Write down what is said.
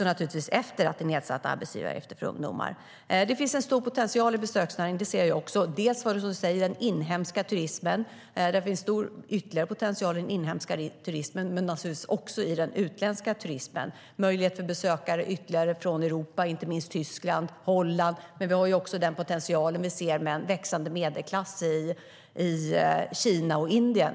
naturligtvis också efter nedsatta arbetsgivaravgifter för ungdomar. Det finns stor potential för besöksnäringen - det ser jag också - både i den inhemska turismen, där det finns stor ytterligare potential, och i den utländska. Det finns möjlighet till ytterligare besökare från Europa, inte minst Tyskland och Nederländerna. Vi ser även potentialen i en växande medelklass i till exempel Kina och Indien.